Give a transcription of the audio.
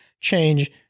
change